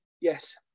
Yes